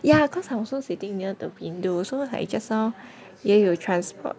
ya cause I also sitting near the window so like just now 也有 transport